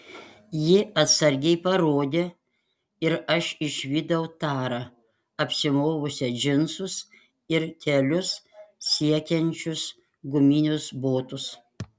ji atsargiai parodė ir aš išvydau tarą apsimovusią džinsus ir kelius siekiančius guminius botus